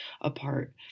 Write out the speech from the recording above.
apart